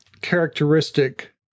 characteristic